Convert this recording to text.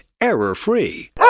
error-free